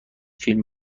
فیلم